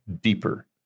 deeper